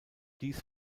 dies